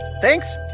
Thanks